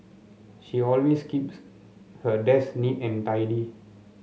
she always keeps her desk neat and tidy